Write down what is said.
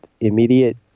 immediate